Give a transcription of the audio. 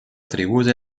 atribuye